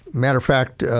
matter of fact,